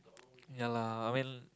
ya lah I mean